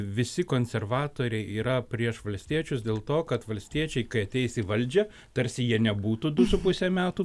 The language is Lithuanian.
visi konservatoriai yra prieš valstiečius dėl to kad valstiečiai kai ateis į valdžią tarsi jie nebūtų du su puse metų